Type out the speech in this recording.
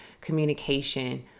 communication